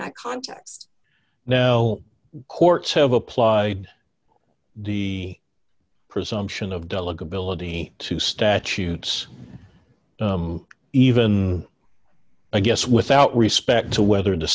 that context no courts have applied the presumption of delegate ability to statutes even i guess without respect to whether the